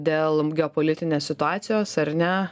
dėl geopolitinės situacijos ar ne